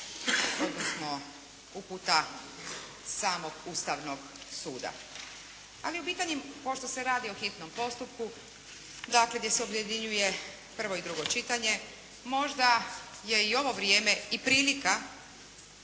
odnosno uputa samog Ustavnog suda. Ali …/Govornik se ne razumije./… pošto se radi o hitnom postupku dakle gdje se objedinjuje prvo i drugo čitanje, možda je i ovo vrijeme i prilika